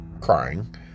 crying